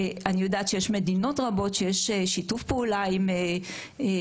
אני יודעת שיש מדינות רבות שיש שיתוף פעולה עם החינוך,